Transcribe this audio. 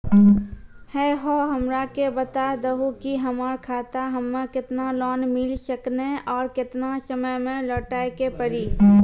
है हो हमरा के बता दहु की हमार खाता हम्मे केतना लोन मिल सकने और केतना समय मैं लौटाए के पड़ी?